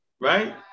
right